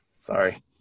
sorry